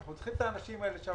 אנחנו צריכים את האנשים האלה שם,